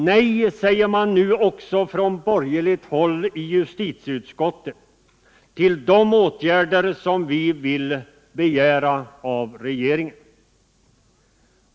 Nej säger man också nu från borgerligt håll i justitieutskottet till de åtgärder som vi vill begära av regeringen.